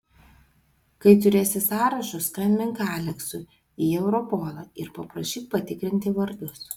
kai turėsi sąrašus skambink aleksui į europolą ir paprašyk patikrinti vardus